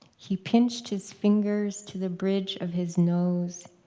he pinched his fingers to the bridge of his nose,